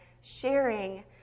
sharing